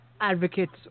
advocates